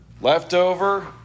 leftover